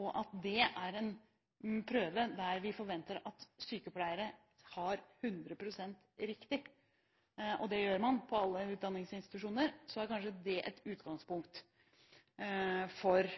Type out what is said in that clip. og at det er en prøve der vi forventer at sykepleiere har 100 pst. riktig – og det gjør man på alle utdanningsinstitusjoner – så er kanskje det et utgangspunkt for